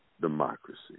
democracy